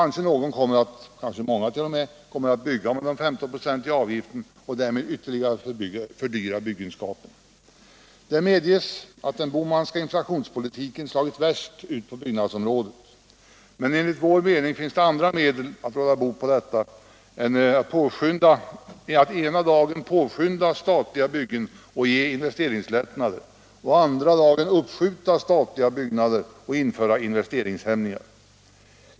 Några, kanske t.o.m. många, kommer att bygga med den femtonprocentiga avgiften och därmed ytterligare fördyra byggenskapen. Det medges att den Bohmanska inflationspolitiken slagit värst ut på byggnadsområdet, men enligt vår mening finns det andra medel att råda bot på detta än att ena dagen påskynda statliga byggen och ge investeringslättnader och andra dagen uppskjuta statliga byggnader och införa investeringshämningar.